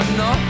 no